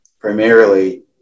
primarily